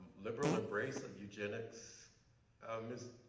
liberal embrace of eugenics um is